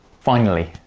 finally,